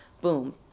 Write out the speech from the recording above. boom